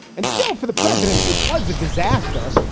and still, for the president, it was a disaster.